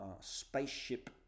spaceship